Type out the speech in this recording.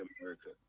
America